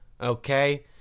okay